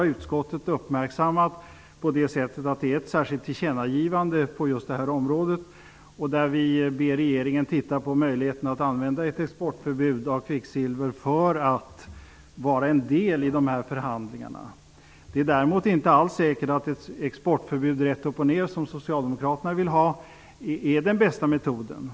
Utskottet har uppmärksammat detta, genom ett särskilt tillkännagivande på just det här området, där vi ber regeringen att undersöka möjligheterna att använda ett exportförbud för kvicksilver som en del i dessa förhandlingar. Det är däremot inte alls säkert att ett exportförbud rätt upp och ned, som Socialdemokraterna vill ha, är den bästa metoden.